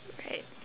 right